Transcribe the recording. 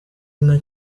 inka